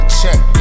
check